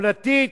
עונתית?